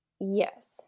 Yes